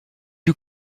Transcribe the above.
you